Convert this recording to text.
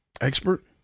expert